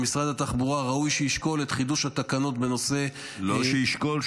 ראוי שמשרד התחבורה ישקול את חידוש התקנות בנושא --- לא שישקול,